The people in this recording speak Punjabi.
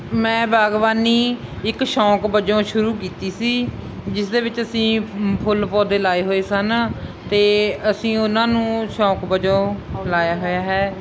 ਮੈਂ ਬਾਗਬਾਨੀ ਇੱਕ ਸ਼ੌਕ ਵਜੋਂ ਸ਼ੁਰੂ ਕੀਤੀ ਸੀ ਜਿਸ ਦੇ ਵਿੱਚ ਅਸੀਂ ਫੁੱਲ ਪੌਦੇ ਲਾਏ ਹੋਏ ਸਨ ਅਤੇ ਅਸੀਂ ਉਹਨਾਂ ਨੂੰ ਸ਼ੌਕ ਵਜੋਂ ਲਾਇਆ ਹੋਇਆ ਹੈ